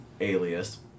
alias